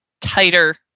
tighter